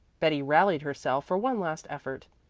betty rallied herself for one last effort.